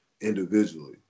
individually